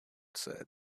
said